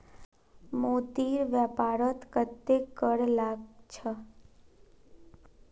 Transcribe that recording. मोतीर व्यापारत कत्ते कर लाग छ